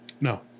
no